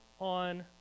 on